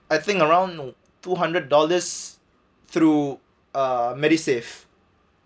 I think around two hundred dollars through uh medisave